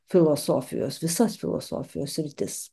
filosofijos visas filosofijos sritis